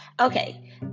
okay